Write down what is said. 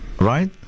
right